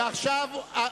ביזוי.